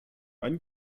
ein